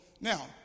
Now